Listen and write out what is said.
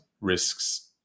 risks